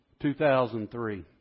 2003